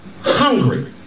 hungry